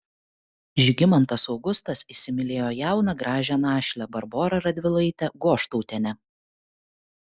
žygimantas augustas įsimylėjo jauną gražią našlę barborą radvilaitę goštautienę